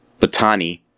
Batani